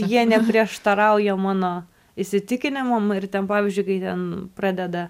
jie neprieštarauja mano įsitikinimam ir ten pavyzdžiui kai ten pradeda